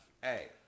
Hey